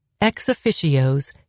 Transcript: Ex-officios